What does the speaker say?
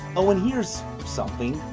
oh and here is something.